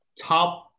top